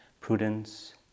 prudence